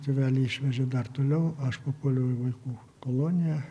tėvelį išvežė dar toliau aš papuoliau į vaikų koloniją